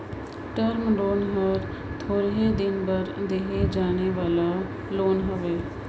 term loan हर थोरहें दिन बर देहे जाए वाला लोन हवे